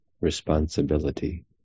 responsibility